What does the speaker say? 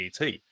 ET